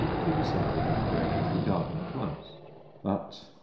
she decided on going into the garden at once but,